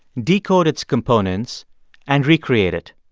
decode its components and recreate it.